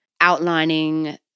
outlining